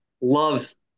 loves